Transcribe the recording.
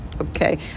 Okay